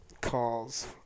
calls